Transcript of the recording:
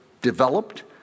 developed